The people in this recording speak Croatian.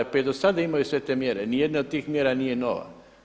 Pa i do sada imaju sve te mjere, nijedna od tih mjera nije nova.